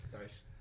Nice